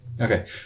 Okay